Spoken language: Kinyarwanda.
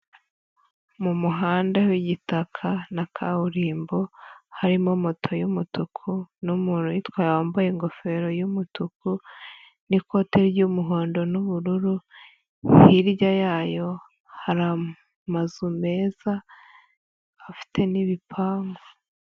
Mu muhanda w'igitaka na kaburimbo harimo moto umutuku, uyitwaye wambaye ingofero y'umutuku n'ikoti ry'umuhondo n'ubururu hirya yayo hari amazu meza afite n'ibipangu.